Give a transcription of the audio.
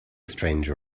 stranger